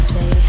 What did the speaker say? Say